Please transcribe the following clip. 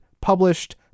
published